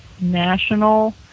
national